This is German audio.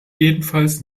jedenfalls